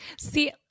See